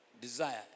desire